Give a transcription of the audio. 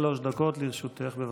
שלוש דקות לרשותך, בבקשה.